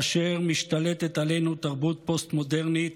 כאשר משתלטת עלינו תרבות פוסט-מודרנית,